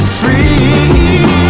free